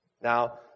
Now